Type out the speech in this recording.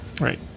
Right